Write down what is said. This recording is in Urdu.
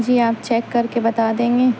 جی آپ چیک کر کے بتا دیں گے